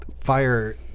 Fire